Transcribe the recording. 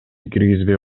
киргизбей